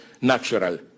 natural